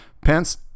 Pence